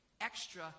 extra